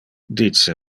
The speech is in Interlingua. dice